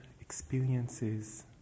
experiences